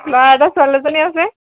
ল'ৰা এটা ছোৱালী এজনী আছে